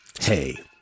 hey